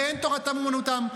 ואין תורתם אומנותם.